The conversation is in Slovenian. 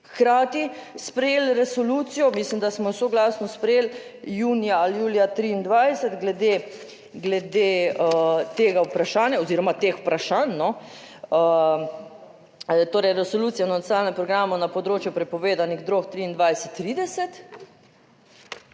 hkrati sprejeli resolucijo, mislim, da smo soglasno sprejeli junija, julija 2023, glede tega vprašanja oziroma teh vprašanj, torej, Resolucija o nacionalnem programu na področju prepovedanih drog 2023-2030.